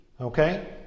okay